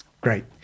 Great